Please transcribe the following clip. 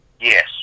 Yes